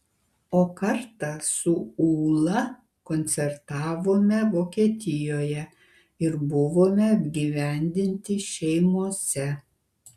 o kartą su ūla koncertavome vokietijoje ir buvome apgyvendinti šeimose